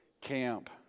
camp